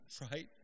right